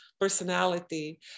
personality